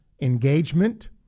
engagement